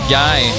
guy